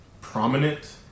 prominent